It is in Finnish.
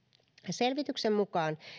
selvityksen mukaan